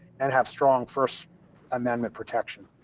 and have strong first amendment's protection.